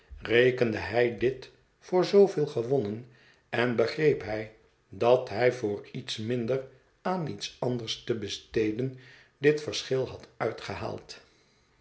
rekende hij dit voor zooveel gewonnen en begreep hij dat hij door iets minder aan iets anders te besteden dit verschil had uitgehaald